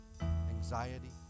anxiety